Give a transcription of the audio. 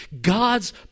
God's